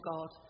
God